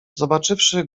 zobaczywszy